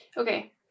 Okay